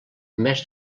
més